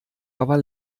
aber